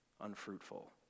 unfruitful